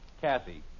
Kathy